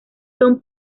son